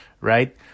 right